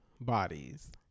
bodies